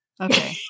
Okay